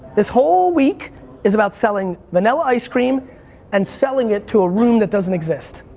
this whole week is about selling vanilla ice cream and selling it to a room that doesn't exist.